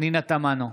פנינה תמנו,